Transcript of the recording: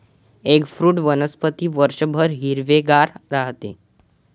eggfruit वनस्पती वर्षभर हिरवेगार राहते